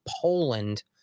Poland